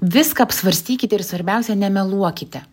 viską apsvarstykite ir svarbiausia nemeluokite